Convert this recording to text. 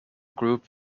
group